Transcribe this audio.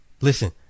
Listen